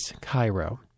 Cairo